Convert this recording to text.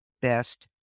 best